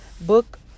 Book